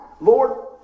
Lord